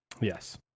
Yes